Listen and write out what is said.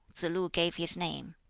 tsz-lu gave his name.